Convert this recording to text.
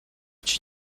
cię